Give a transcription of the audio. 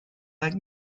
like